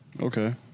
Okay